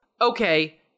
Okay